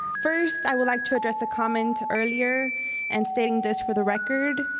first, i would like to address a comment earlier and stating this for the record,